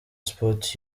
sport